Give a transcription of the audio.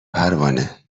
پروانه